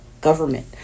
Government